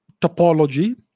topology